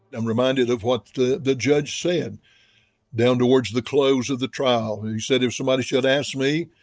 i'm reminded of what the the judge said down towards the close of the trial. he said, if somebody should ask me,